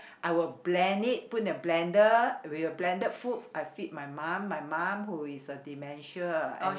I'll blend it put in a blender we'll blended food I feed my mum my mum who is a dementia and